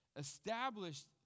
established